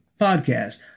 podcast